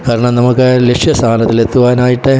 കാരണം നമുക്ക് ലക്ഷ്യ സ്ഥാനത്തിൽ എത്തുവാനായിട്ട്